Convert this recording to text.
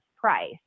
price